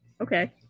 Okay